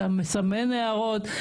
אתה מסמן הערות,